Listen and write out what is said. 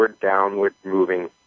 downward-moving